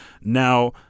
now